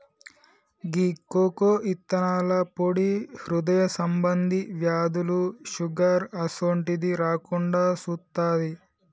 గీ cocoa ఇత్తనాల పొడి హృదయ సంబంధి వ్యాధులు, షుగర్ అసోంటిది రాకుండా సుత్తాది